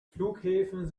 flughäfen